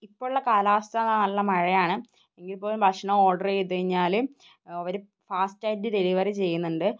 ഇപ്പോൾ ഉള്ള കാലാവസ്ഥ എന്നാൽ നല്ല മഴയാണ് എങ്കിൽപ്പോലും ഭക്ഷണം ഓർഡർ ചെയ്തു കഴിഞ്ഞാൽ അവരു ഫാസ്റ്റായിട്ട് ഡെലിവെറി ചെയ്യുന്നുണ്ട്